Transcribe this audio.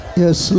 Yes